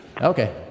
Okay